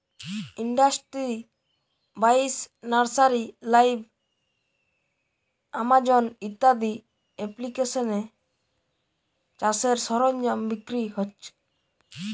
industry বাইশ, nursery live, Amazon ইত্যাদি এপ্লিকেশানে চাষের সরঞ্জাম বিক্রি হচ্ছে